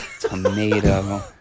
tomato